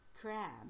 crab